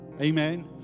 Amen